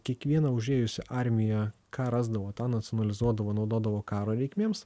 kiekviena užėjusi armija ką rasdavo tą nacionalizuodavo naudodavo karo reikmėms